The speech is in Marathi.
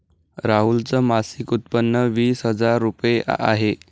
राहुल च मासिक उत्पन्न वीस हजार रुपये आहे